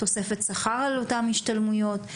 תוספת שכר על אותן השתלמויות,